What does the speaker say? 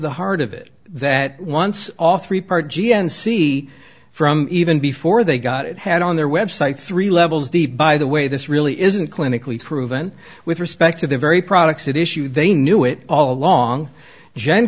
the heart of it that once all three part gnc from even before they got it had on their website three levels deep by the way this really isn't clinically proven with respect to the very products issue they knew it all along gen